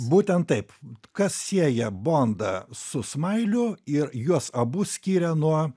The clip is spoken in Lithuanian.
būtent taip kas sieja bondą su smailiu ir juos abu skiria nuo